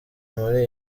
muri